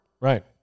Right